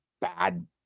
bad